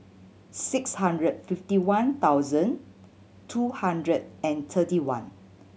six hundred fifty one thousand two hundred and thirty one